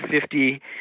fifty